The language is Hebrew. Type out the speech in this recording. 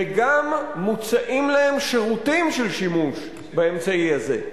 וגם מוצעים להם שירותים של שימוש באמצעי הזה.